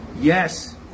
yes